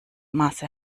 masse